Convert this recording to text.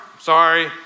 sorry